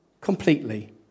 completely